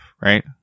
right